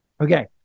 Okay